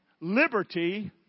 liberty